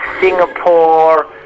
Singapore